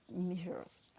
measures